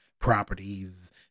properties